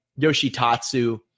Yoshitatsu